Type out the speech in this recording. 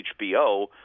HBO